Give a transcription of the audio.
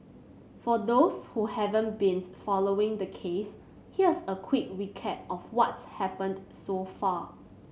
for those who haven't been following the case here's a quick recap of what's happened so far